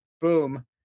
Boom